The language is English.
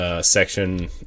Section